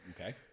Okay